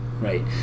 Right